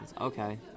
Okay